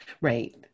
Right